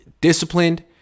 disciplined